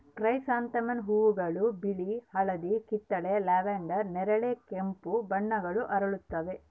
chrysanthemum ಹೂವುಗಳು ಬಿಳಿ ಹಳದಿ ಕಿತ್ತಳೆ ಲ್ಯಾವೆಂಡರ್ ನೇರಳೆ ಕೆಂಪು ಬಣ್ಣಗಳ ಅರಳುತ್ತವ